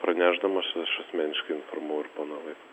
pranešdamas aš asmeniškai informavau ir poną vaitkų